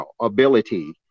ability